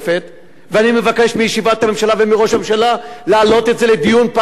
ואני מבקש בישיבת הממשלה ומראש הממשלה להעלות את זה לדיון פעם נוספת,